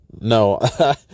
no